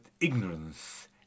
ignorance